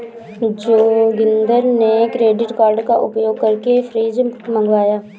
जोगिंदर ने credit card का उपयोग करके फ्रिज मंगवाया